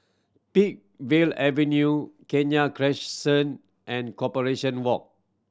Peakville Avenue Kenya Crescent and Corporation Walk